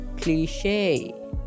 cliche